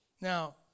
Now